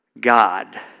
God